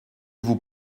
vous